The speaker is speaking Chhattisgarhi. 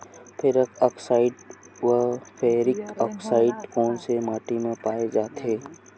फेरस आकसाईड व फेरिक आकसाईड कोन सा माटी म पाय जाथे?